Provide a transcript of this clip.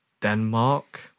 Denmark